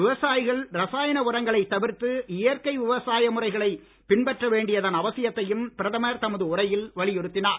விவசாயிகள் ரசாயன உரங்களை தவிர்த்து இயற்கை விவசாய முறைகளை பின்பற்ற வேண்டியதன் அவசியத்தையம் பிரதமர் தமது உரையில் வலியுறுத்தினார்